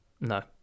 No